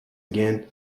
again